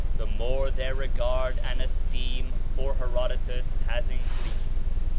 the more their regard and esteem for herodotus has increased.